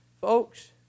Folks